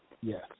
Yes